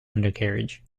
undercarriage